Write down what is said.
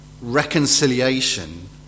reconciliation